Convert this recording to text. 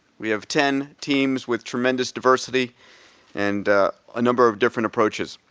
we have ten teams with tremendous diversity and a number of different approaches.